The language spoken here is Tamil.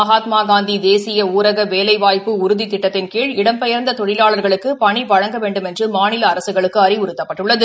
மகாத்மாகாந்தி தேசிய ஊரக வேலைவாய்ப்பு உறுதி திட்டத்தின் கீழ் இடம்பெயாந்த தொழிலாளாகளுக்கு பணி வழங்க வேண்டுமென்று மாநில அரசுகளுக்கு அறிவுறுத்தப்பட்டுள்ளது